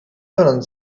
solen